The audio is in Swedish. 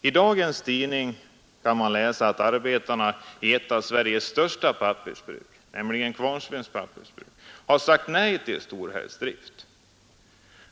I dagens tidning kan man läsa att arbetarna i ett av Sveriges största pappersbruk, nämligen Kvarnsvedens pappersbruk, har sagt nej till storhelgsdrift.